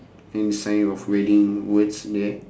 any sign of wedding words there